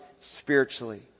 spiritually